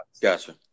Gotcha